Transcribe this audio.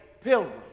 pilgrim